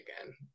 again